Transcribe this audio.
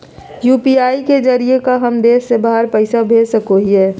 UPI के जरिए का हम देश से बाहर पैसा भेज सको हियय?